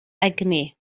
egni